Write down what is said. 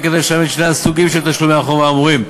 כדי לשלם את שני הסוגים של תשלומי החובה האמורים.